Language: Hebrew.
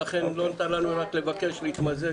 לכן לא ניתן לנו אלא לבקש להתמזג.